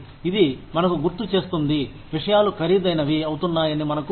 ఇది మనకు గుర్తు చేస్తుంది విషయాలు ఖరీదైనవి అవుతున్నాయని మనకు తెలుసు